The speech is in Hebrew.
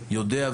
אני יודע,